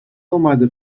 اومده